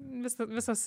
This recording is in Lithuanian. viso visos